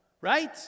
Right